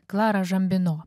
klara žambino